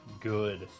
good